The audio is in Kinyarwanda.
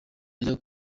ajya